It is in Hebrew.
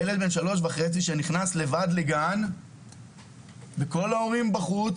ילד בן 3.5 נכנס לבד לגן וכל ההורים בחוץ